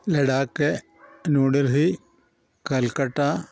Ladakh New Delhi Calcutta